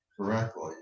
correctly